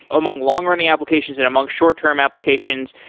among long-running applications, and among short-term applications,